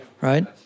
right